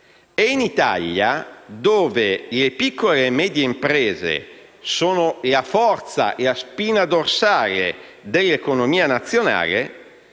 E in Italia, dove le piccole e medie imprese sono la forza e la spina dorsale dell'economia nazionale,